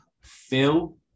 Phil